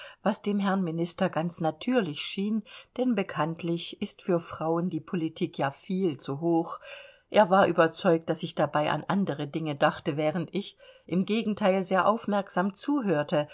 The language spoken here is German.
was dem herrn minister ganz natürlich schien denn bekanntlich ist für frauen die politik ja viel zu hoch er war überzeugt daß ich dabei an andere dinge dachte während ich im gegenteil sehr aufmerksam zuhörte